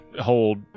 hold